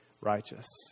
righteous